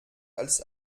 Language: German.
als